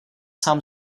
sám